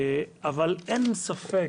אבל אין לי ספק,